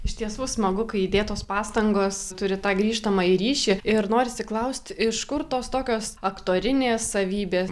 iš tiesų smagu kai įdėtos pastangos turi tą grįžtamąjį ryšį ir norisi klaust iš kur tos tokios aktorinės savybės